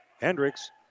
Hendricks